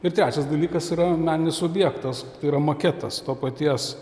ir trečias dalykas yra meninis objektas yra maketas to paties